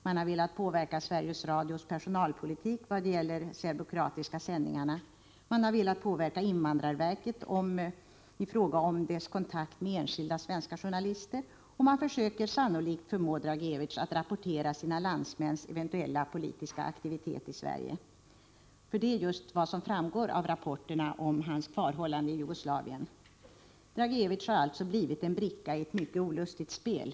Man har velat påverka Sveriges Jugoslavien av Radios personalpolitik vad gäller de serbokroatiska sändningarna: Man har jugoslaviske medvelat påverka invandrarverket i fråga om dess kontakt med enskilda svenska — orgaren Ivan journalister. Man försöker nu sannolikt förmå Dragicevic att rapportera sina Dragicevic landsmäns eventuella politiska aktivitet i Sverige — för det är just vad som framgår av rapporterna om hans kvarhållande i Jugoslavien. Dragicevic har alltså blivit en bricka i ett mycket olustigt spel.